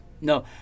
no